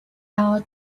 hour